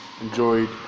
enjoyed